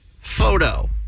photo